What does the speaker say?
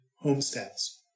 homesteads